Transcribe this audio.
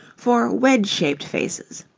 for wedge-shaped faces.